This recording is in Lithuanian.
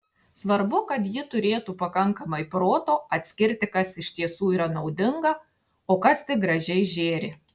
svarbu kad ji turėtų pakankamai proto atskirti kas iš tiesų yra naudinga o kas tik gražiai žėri